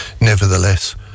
Nevertheless